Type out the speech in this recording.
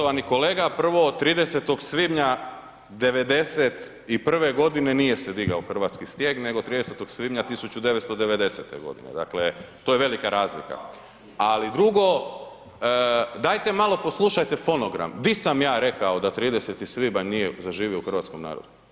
Poštovani kolega, prvo od 30. svibnja '91. godine nije se digao Hrvatski stijeg, nego 30. svibnja 1990. godine, dakle to je velika razlika, ali drugo dajte malo poslušajte fonogram, di sam ja rekao da 30. svibanj nije zaživo u hrvatskom narodu.